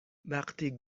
وقتی